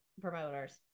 promoters